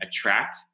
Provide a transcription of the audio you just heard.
attract